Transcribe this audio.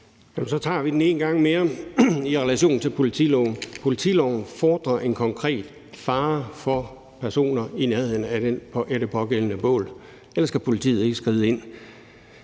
så tager vi den en gang mere i relation til politiloven. Politiloven fordrer en konkret fare for personer i nærheden af det pågældende bål, ellers kan politiet ikke skride ind.